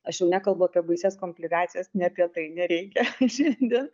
aš jau nekalbu apie baisias komplikacijas ne apie tai nereikia šiandien